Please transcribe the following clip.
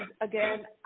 again